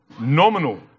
nominal